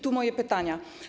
Tu moje pytania.